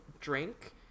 drink